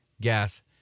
Gas